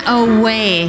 away